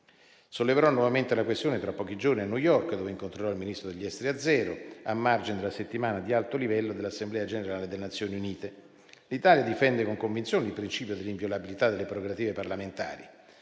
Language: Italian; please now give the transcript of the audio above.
Solleverò nuovamente la questione tra pochi giorni a New York, dove incontrerò il Ministro degli esteri azero, a margine della settimana di alto livello dell'Assemblea generale delle Nazioni Unite. L'Italia difende con convinzione il principio dell'inviolabilità delle prerogative parlamentari.